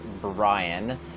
Brian